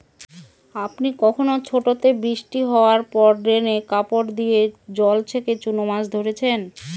আপনি কখনও ছোটোতে বৃষ্টি হাওয়ার পর ড্রেনে কাপড় দিয়ে জল ছেঁকে চুনো মাছ ধরেছেন?